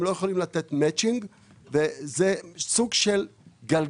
הם לא יכולים לתת מאצ'ינג וזה סוג של גלגל.